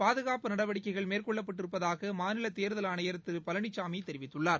பாதுகாப்பு நடவடிக்கைகள் மேற்கொள்ளப்பட்டிருப்பதாகமாநிலதேர்தல் ஆணையர் திருபழனிசாமிதெரிவித்துள்ளார்